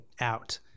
out